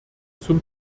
zum